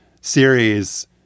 series